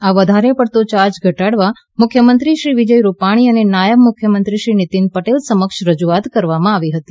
આ વધારે પડતો ચાર્જ ઘટાડવા મુખ્યમંત્રી વિજય રૂપાણી અને નાયબ મુખ્યમંત્રી નીતિન પટેલ સમક્ષ રજૂઆત કરવામાં આવી હતી